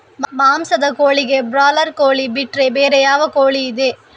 ಮಾಂಸದ ಕೋಳಿಗೆ ಬ್ರಾಲರ್ ಕೋಳಿ ಬಿಟ್ರೆ ಬೇರೆ ಯಾವ ಕೋಳಿಯಿದೆ?